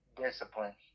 discipline